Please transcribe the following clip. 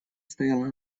стояла